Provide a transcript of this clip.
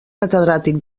catedràtic